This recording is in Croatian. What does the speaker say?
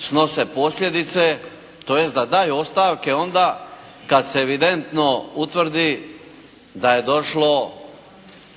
snose posljedice tj. da daju ostavke onda kad se evidentno utvrdi da je došlo